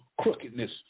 crookedness